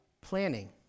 planning